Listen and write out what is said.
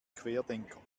querdenker